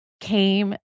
came